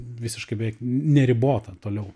visiškai bevei neribota toliau